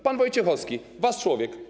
Pan Wojciechowski, wasz człowiek.